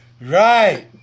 Right